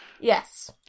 Yes